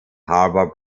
harbour